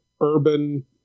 urban